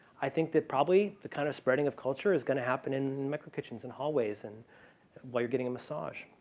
i think that probably the kind of spreading of culture is going to happen in micro kitchens, in hallways, and while you're getting a massage.